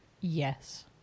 Yes